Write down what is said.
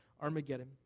Armageddon